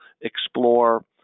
explore